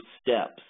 steps